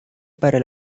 para